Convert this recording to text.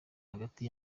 hagati